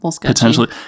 Potentially